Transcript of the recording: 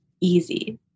easy